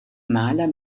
maler